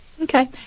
Okay